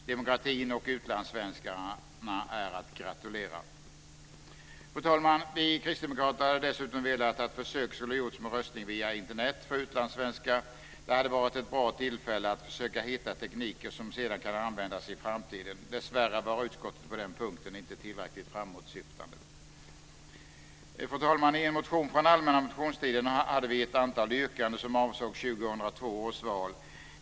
Demokratin och utlandssvenskarna är att gratulera. Fru talman! Vi kristdemokrater hade dessutom velat att försök skulle ha gjorts med röstning via Internet för utlandssvenskar. Det hade varit ett bra tillfälle att försöka hitta tekniker som kan användas i framtiden. Dessvärre var utskottet på den punkten inte tillräckligt framåtsyftande. Fru talman! I en motion från allmänna motionstiden hade vi ett antal yrkanden som avsåg 2002 års val.